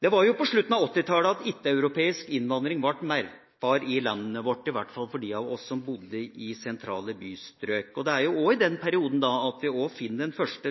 Det var på slutten av 1980-tallet at ikke-europeisk innvandring ble merkbar i landet vårt, i hvert fall for de av oss som bodde i sentrale bystrøk. Det er også i denne perioden vi finner den første